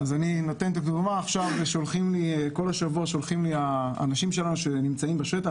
לדוגמה, כל השבוע שולחים לי אנשינו שנמצאים בשטח.